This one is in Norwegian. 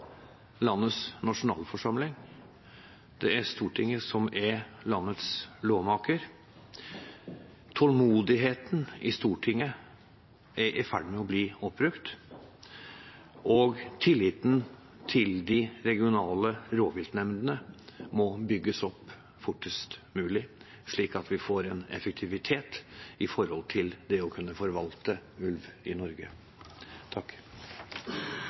landets nasjonalforsamling, det er Stortinget som er landets lovmaker. Tålmodigheten i Stortinget er i ferd med å bli oppbrukt, og tilliten til de regionale rovviltnemndene må bygges opp fortest mulig, slik at vi får en effektivitet med hensyn til det å kunne forvalte ulv i Norge.